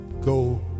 go